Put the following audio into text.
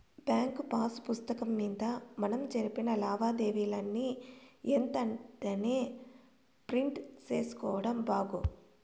bank pass పుస్తకం మింద మనం జరిపిన లావాదేవీలని ఎంతెంటనే ప్రింట్ సేసుకోడం బాగు